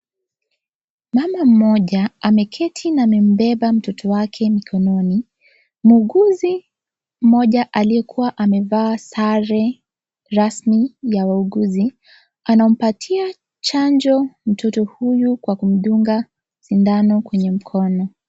Mama mmoja ameketi na amembeba mtoto wake mkononi muuguzi mmoja aliyekuwa amevaa sare rasmi ya wauguzi anampatia chanjo mtoto huyu kwa kumdunga sindano kwenye mkono.